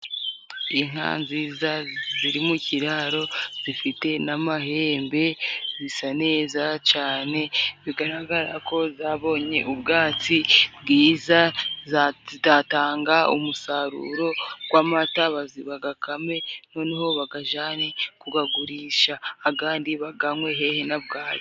Inka nziza ziri mu kiraro, zifite n'amahembe zisa neza cane, bigaragara ko zabonye ubwatsi bwiza, zizatanga umusaruro gw'amata bagakame noneho bagajane kugagurisha agandi baganywe, hehe na bwaki.